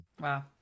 Wow